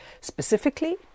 specifically